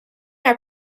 our